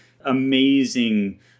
amazing